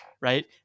Right